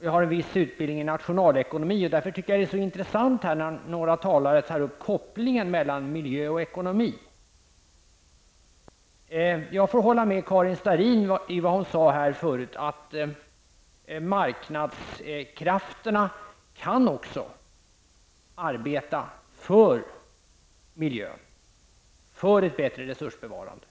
Jag har även en viss utbildning i nationalekonomi. Därför tycker jag att det är så intressant när några talare tar upp kopplingen mellan miljö och ekonomi. Jag får hålla med Karin Starrin i vad hon sade förut om att också marknadskrafterna kan arbeta för miljön och för ett bättre resursbevarande.